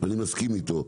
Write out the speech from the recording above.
אני מסכים איתו.